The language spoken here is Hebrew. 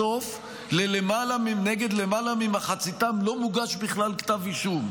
בסוף נגד למעלה ממחציתם לא מוגש בכלל כתב אישום.